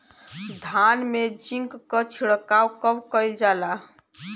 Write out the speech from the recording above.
धान में जिंक क छिड़काव कब कइल जाला?